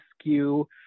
skew